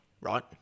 right